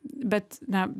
bet na